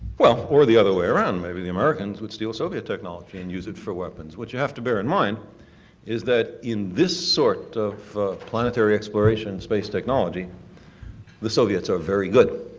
well, or the other way around. maybe the americans would steal the soviet technology and use it for weapons. what you have to bear in mind is that in this sort of planetary exploration space technology the soviets are very good.